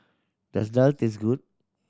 does Daal taste good